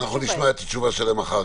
נשמע את התשובה שלהם אחר-כך.